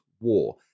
War